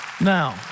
now